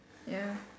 ya